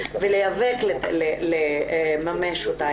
ולהיאבק לממש אותה.